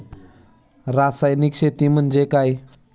रासायनिक शेती म्हणजे काय?